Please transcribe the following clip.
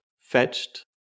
fetched